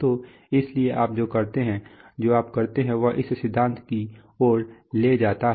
तो इसलिए आप जो करते हैं जो आप करते हैं वह इस सिद्धांत की ओर ले जाता है